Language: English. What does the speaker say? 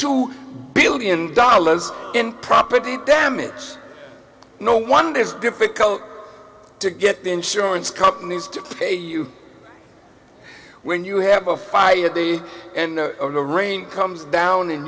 two billion dollars in property damage no wonder it's difficult to get the insurance companies to pay you when you have a fight at the end of the rain comes down and